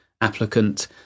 applicant